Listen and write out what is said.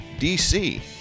DC